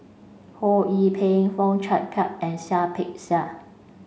Ho Yee Ping Fong Chong Pik and Seah Peck Seah